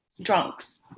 drunks